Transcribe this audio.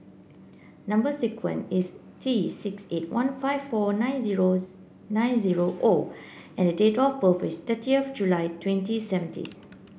number sequence is T six eight one five four nine zero nine zero O and date of birth is thirtieth of July twenty seventeen